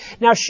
Now